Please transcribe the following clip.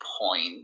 point